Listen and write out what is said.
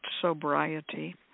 sobriety